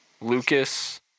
Lucas